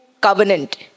covenant